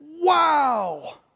Wow